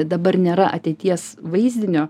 dabar nėra ateities vaizdinio